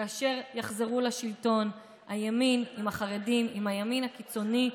כאשר יחזרו לשלטון הימין עם החרדים ועם הימין הקיצוני.